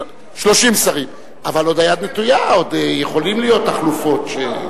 אבל עוד היד נטויה, עוד יכולות להיות תחלופות.